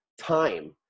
time